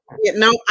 no